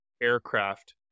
aircraft